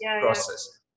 process